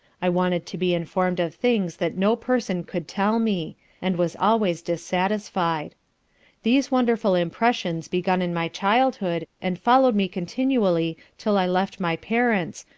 i wanted to be informed of things that no person could tell me and was always dissatisfied these wonderful impressions begun in my childhood, and followed me continually till i left my parents,